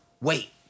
wait